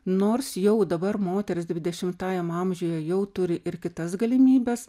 nors jau dabar moters dvidešimtajam amžiuje jau turi ir kitas galimybes